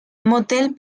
motel